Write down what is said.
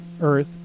Earth